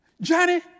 Johnny